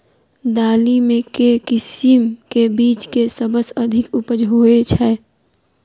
दालि मे केँ किसिम केँ बीज केँ सबसँ अधिक उपज होए छै?